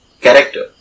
character